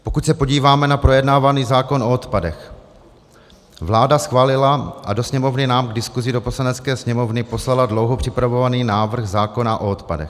Pokud se podíváme na projednávaný zákon o odpadech, vláda schválila a do Sněmovny nám k diskusi do Poslanecké sněmovny poslala dlouho připravovaný návrh zákona o odpadech.